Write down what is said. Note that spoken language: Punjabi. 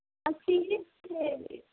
ਅਸੀਂ ਜੀ ਇਹ